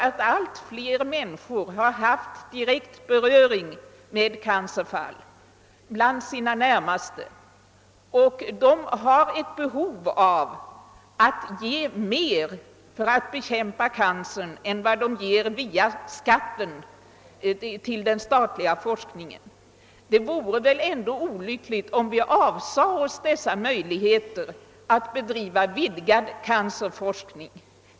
Allt fler människor har haft direkt beröring med cancerfall bland sina närmaste och har ett behov av att ge mer för att bekämpa cancern än vad de ger via skatten till den statliga forskningen. Det vore väl ändå olyckligt om vi avsade oss dessa möjligheter att bedriva vidgad cancerforskning.